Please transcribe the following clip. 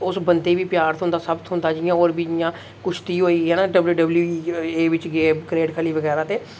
उस बंदे गी बी प्यार थ्होंदा सब थ्होंदा जियां होर बी जियां कुश्ती होई गी डब्ल्यूडब्ल्यूए बिच्च गे ग्रेट खली बगैरा ते